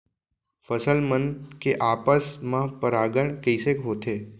फसल मन के आपस मा परागण कइसे होथे?